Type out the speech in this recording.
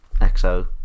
XO